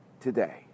today